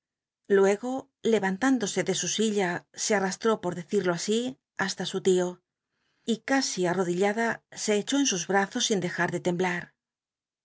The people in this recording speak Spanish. luego levantándose de su silla se arraslró por decirlo asi hasta su lio y casi anodillada se echó en sus brazos sin dejat de temblar